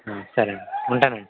సరేనండి ఉంటానండి